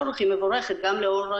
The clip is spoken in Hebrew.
שלדעתי